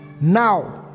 now